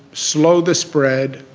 slow the spread.